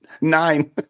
Nine